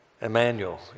Emmanuel